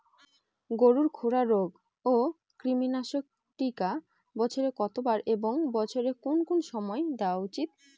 গরুর খুরা রোগ ও কৃমিনাশক টিকা বছরে কতবার এবং বছরের কোন কোন সময় দেওয়া উচিৎ?